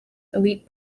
elite